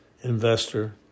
investor